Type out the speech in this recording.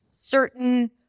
certain